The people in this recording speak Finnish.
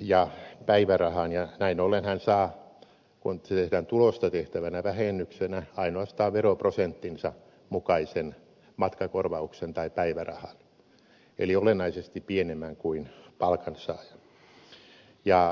ja päivärahan ja näin ollen hän saa kun se tehdään tulosta tehtävänä vähennyksenä ainoastaan veroprosenttinsa mukaisen matkakorvauksen tai päivärahan eli olennaisesti pienemmän kuin palkansaaja